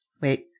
Wait